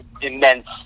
immense